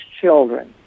children